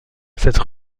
cette